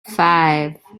five